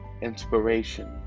inspiration